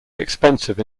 expensive